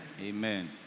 Amen